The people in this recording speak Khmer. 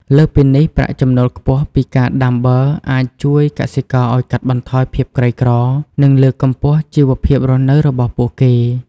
លើសពីនេះ ប្រាក់ចំណូលខ្ពស់ពីការដាំបឺរអាចជួយកសិករឱ្យកាត់បន្ថយភាពក្រីក្រ និងលើកកម្ពស់ជីវភាពរស់នៅរបស់ពួកគេ។